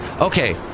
Okay